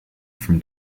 from